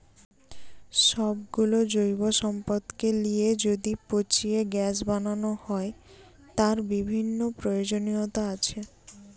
সব গুলো জৈব সম্পদকে লিয়ে যদি পচিয়ে গ্যাস বানানো হয়, তার বিভিন্ন প্রয়োজনীয়তা আছে